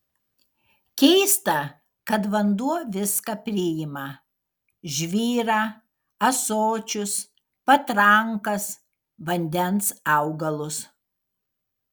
keista kad vanduo viską priima žvyrą ąsočius patrankas vandens augalus